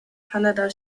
kanada